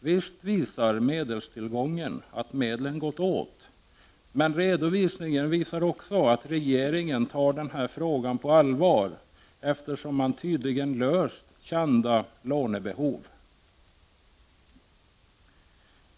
Visst visar medelstillgången att medlen har gått åt, men redovisningen visar också att regeringen tar den här frågan på allvar, eftersom man tydligen har tillgodosett kända lånebehov.